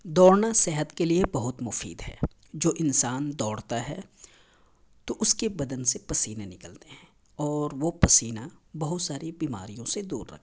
دوڑنا صحت کے لیے بہت مفید ہے جو انسان دوڑتا ہے تو اس کے بدن سے پسینے نکلتے ہیں اور وہ پسینہ بہت ساری بیماریوں سے دور رکھتے ہیں